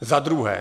Za druhé.